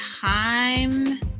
time